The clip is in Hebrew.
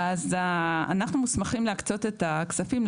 אז אנחנו מוסמכים להקצות את הכספים,